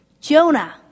Jonah